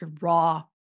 raw